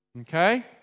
okay